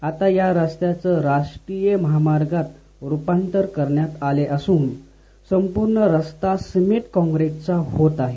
आता या रस्त्याचं राष्ट्रीय महामार्गात करण्यात आले असून संपूर्ण रस्ता सिमेंट काँक्रिटचा होत आहे